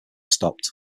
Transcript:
stopped